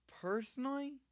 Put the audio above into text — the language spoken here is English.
Personally